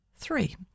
three